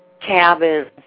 cabins